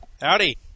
Howdy